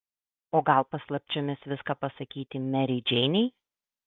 o gal paslapčiomis viską pasakyti merei džeinei